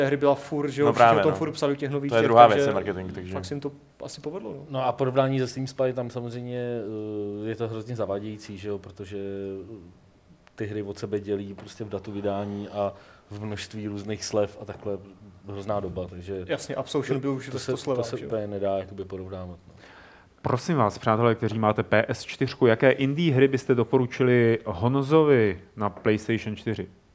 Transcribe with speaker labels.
Speaker 1: té hry byla furt, že jo,
Speaker 2: No
Speaker 1: všichni
Speaker 2: právě,
Speaker 1: o tom
Speaker 2: no.
Speaker 1: furt psali u těch
Speaker 2: To
Speaker 1: nových
Speaker 2: je
Speaker 1: těch,
Speaker 2: druhá věc,
Speaker 1: takže
Speaker 2: je marketing, takže-
Speaker 1: fakt se jim to asi povedlo, no.
Speaker 3: No a porovnání se Steam Spy tam samozřejmě, eh, je to hrozně zavádějící, že jo, protože, eh, ty hry od sebe dělí prostě v datu vydání a v množství různých slev a takhle hrozná doba, takže
Speaker 1: Jasně, Absolution
Speaker 3: to-
Speaker 1: byl už
Speaker 3: to
Speaker 1: ve
Speaker 3: se-
Speaker 1: 100
Speaker 3: to
Speaker 1: slevách,
Speaker 3: se
Speaker 1: že jo.
Speaker 3: úplně nedá jakoby porovnávat, no.
Speaker 4: Prosím vás, přátelé, kteří máte PS4, jaké indie hry byste doporučili Honzovi na PlayStation 4?